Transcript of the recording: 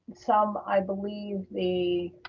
some, i believe the.